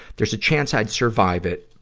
there's a chance i'd survive it,